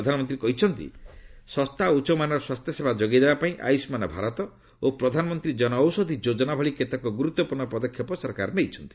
ପ୍ରଧାନମନ୍ତ୍ରୀ କହିଛନ୍ତି ଶସ୍ତା ଓ ଉଚ୍ଚମାନର ସ୍ୱାସ୍ଥ୍ୟସେବା ଯୋଗାଇଦେବା ପାଇଁ ଆୟୁଷ୍ମାନ ଭାରତ ଓ ପ୍ରଧାନମନ୍ତ୍ରୀ ଜନଔଷଧୀ ଯୋଜନା ଭଳି କେତେକ ଗୁରୁତ୍ୱପୂର୍ଣ୍ଣ ପଦକ୍ଷେପ ସରକାର ନେଇଛନ୍ତି